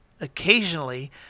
Occasionally